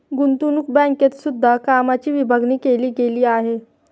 गुतंवणूक बँकेत सुद्धा कामाची विभागणी केली गेली आहे